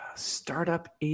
Startup